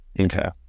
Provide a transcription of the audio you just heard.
Okay